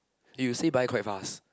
you see by quite fast